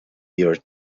your